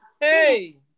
Hey